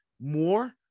more